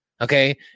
okay